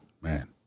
man